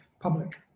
public